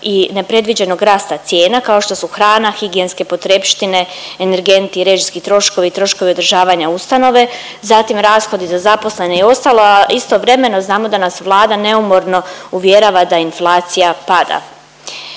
i nepredviđenog rasta cijena kao što su hrana, higijenske potrepštine, energenti, režijski troškovi, troškovi održavanja ustanove, zatim rashodi za zaposlene i ostalo, a istovremeno znamo da nas Vlada neumorno uvjerava da inflacija pada.